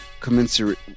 commensurate